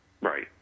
Right